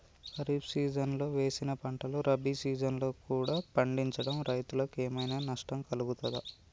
ఖరీఫ్ సీజన్లో వేసిన పంటలు రబీ సీజన్లో కూడా పండించడం రైతులకు ఏమైనా నష్టం కలుగుతదా?